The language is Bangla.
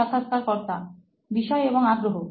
সাক্ষাৎকারকর্তা বিষয় এবং আগ্রহ